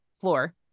floor